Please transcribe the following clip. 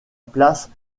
place